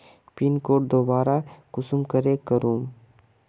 Pin code दोबारा कुंसम करे करूम?